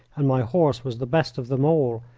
and my horse was the best of them all,